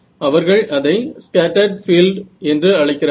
அவர்கள் அதை ஸ்கேட்டர்ட் பீல்டை என்று அழைக்கிறார்கள்